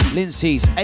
Lindsay's